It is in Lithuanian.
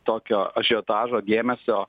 tokio ažiotažo dėmesio